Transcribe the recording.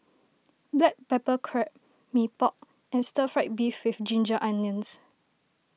Black Pepper Crab Mee Pok and Stir Fried Beef with Ginger Onions